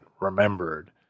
remembered